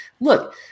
look